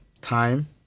time